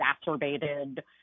exacerbated